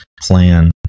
plan